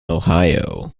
ohio